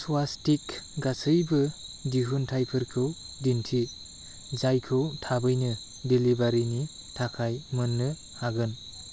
स्वास्तिक गासैबो दिहुनथाइफोरखौ दिन्थि जायखौ थाबैनो डेलिबारिनि थाखाय मोन्नो हागोन